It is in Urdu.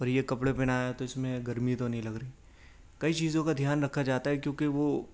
اور یہ کپڑے پہنانے ہے تو اس میں گرمی تو نہیں لگ رہی کئی چیزوں کا دھیان رکھا جاتا ہے کیونکہ وہ